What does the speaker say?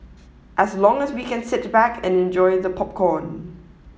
as long as we can sit back and enjoy the popcorn